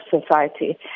society